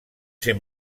ser